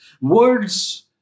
Words